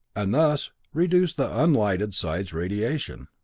and thus reduce the unlighted side's radiation.